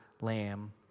lamb